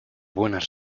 buenas